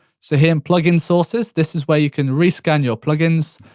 so here in plug-in sources, this is where you can re-scan your plug-ins.